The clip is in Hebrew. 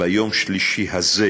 ביום שלישי הזה,